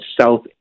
South